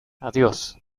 adiós